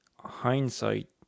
hindsight